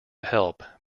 help